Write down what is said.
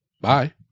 Bye